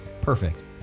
Perfect